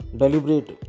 deliberate